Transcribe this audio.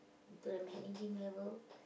to the managing level